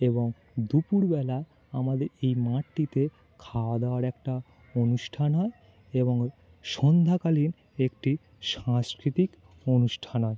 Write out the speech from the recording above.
এবং দুপুরবেলা আমাদের এই মাঠটিতে খাওয়া দাওয়ার একটা অনুষ্ঠান হয় এবং সন্ধ্যাকালীন একটি সাংস্কৃতিক অনুষ্ঠান হয়